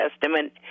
Testament